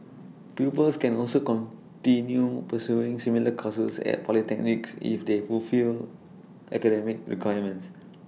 pupils can also continue pursuing similar courses at polytechnics if they fulfil academic requirements